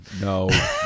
no